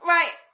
Right